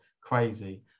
Crazy